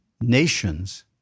nations